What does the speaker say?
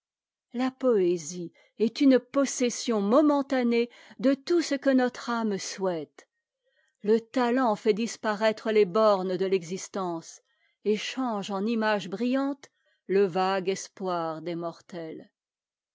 la poésie est une possession momentanée de tout ce que notre âme souhaite le talent fait disparaître les bornes de l'existence et change en images brillantes le vague espoir des mortels